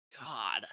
God